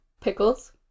Pickles